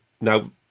Now